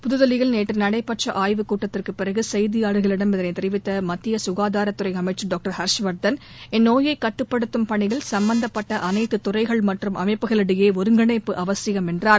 புதுதில்லியில் நேற்று நடைபெற்ற ஆய்வுக்கூட்டத்திற்கு பிறகு செய்தியாளா்களிடம் இதனைத் தெரிவித்த மத்திய சுகாதாரத் துறை அமைச்சள் டாக்டர் ஹர்ஷ்வர்தன் இந்நோயை கட்டுப்படுத்தும் பணியில் சும்பந்தப்பட்ட அனைத்து துறைகள் மற்றும் அமைப்புகளிடையே ஒருங்கிணைப்பு அவசியம் என்றார்